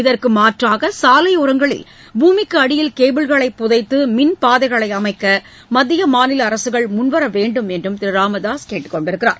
இதற்கு மாற்றாக சாலையோரங்களில் பூமிக்கு அடியில் கேபிள்களை புதைத்து மின்பாதைகளை அமைக்க மத்திய மாநில அரசுகள் முன்வர வேண்டும் என்று ராமதாசு கேட்டுக் கொண்டுள்ளார்